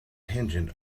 tangent